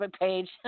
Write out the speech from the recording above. page